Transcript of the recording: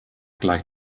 gleich